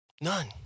None